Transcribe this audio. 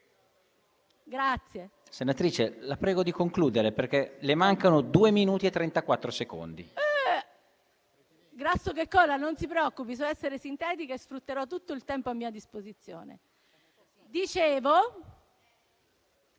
Senatrice Pirro, la prego di concludere perché le mancano due minuti e trentaquattro secondi. PIRRO *(M5S)*. Non si preoccupi, so essere sintetica e sfrutterò tutto il tempo a mia disposizione. Volevo